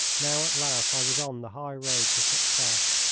now at last i was on the high road to success.